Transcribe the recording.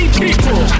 people